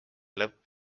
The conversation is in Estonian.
lõpp